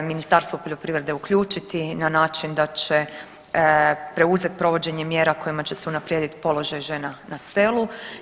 Ministarstvo poljoprivrede uključiti na način da će preuzet provođenje mjera kojima će se unaprijedit položaj žena na selu.